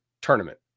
tournament